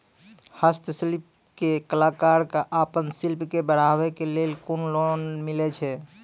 हस्तशिल्प के कलाकार कऽ आपन शिल्प के बढ़ावे के लेल कुन लोन मिलै छै?